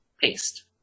paste